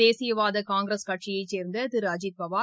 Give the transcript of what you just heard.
தேசியவாத காங்கிரஸ் கட்சியை சேர்ந்த திரு அஜித் பவார்